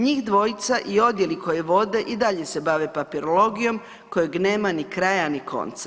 Njih dvojica i odjeli koje vode i dalje se bave papirologijom kojeg nema ni kraja ni konca.